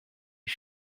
eut